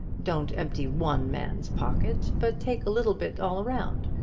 don't empty one man's pocket, but take a little bit all round.